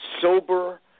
sober